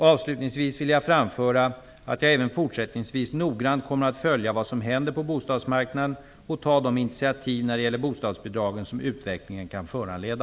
Avslutningsvis vill jag framföra att jag även fortsättningsvis noggrant kommer att följa vad som händer på bostadsmarknaden och ta de initiativ när det gäller bostadsbidragen som den utvecklingen kan föranleda.